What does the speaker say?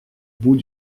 bout